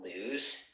lose